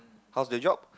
how is the job